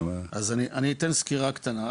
אז אני אתן סקירה קטנה,